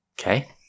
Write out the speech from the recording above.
Okay